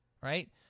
right